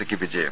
സിക്കു വിജയം